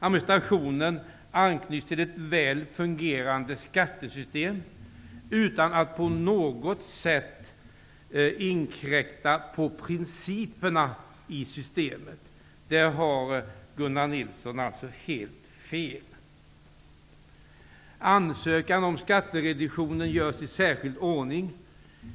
Administrationen knyts till ett väl fungerande skattesystem utan att på något sätt inkräkta på principerna i systemet. Där har Ansökan om skattereduktionen görs i särskild ordning.